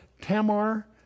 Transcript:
Tamar